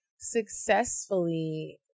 Successfully